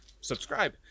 Subscribe